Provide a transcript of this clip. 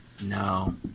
No